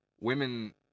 Women